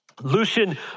Lucian